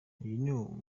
uyu